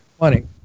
money